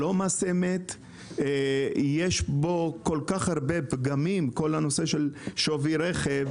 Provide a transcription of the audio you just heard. זהו לא מס אמת; יש כל כך הרבה פגמים בנושא של שווי רכב.